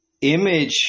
image